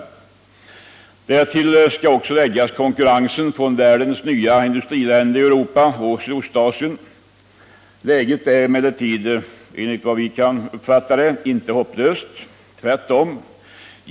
Därtill skall läggas konkurrensen från ”världens nya industriländer” i Europa och i Sydostasien. Läget är emellertid, enligt vår mening, inte hopplöst, tvärtom.